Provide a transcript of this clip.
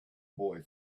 boy